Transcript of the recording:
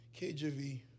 KJV